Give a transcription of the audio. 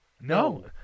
No